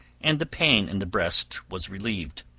and the pain in the breast was relieved.